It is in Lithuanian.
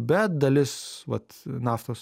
bet dalis vat naftos